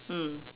mm